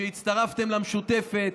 כשהצטרפתם למשותפת,